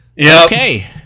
Okay